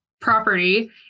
property